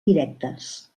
directes